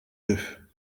deux